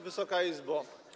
Wysoka Izbo!